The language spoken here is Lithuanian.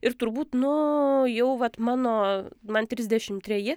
ir turbūt nu jau vat mano man trisdešim treji